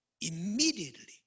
Immediately